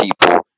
people